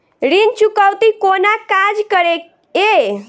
ऋण चुकौती कोना काज करे ये?